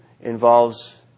involves